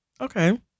Okay